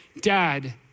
dad